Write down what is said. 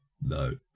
No